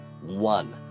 one